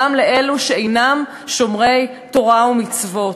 גם של אלו שאינם שומרי תורה ומצוות.